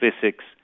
physics